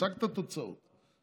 השגת תוצאות,